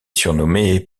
surnommé